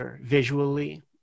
visually